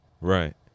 Right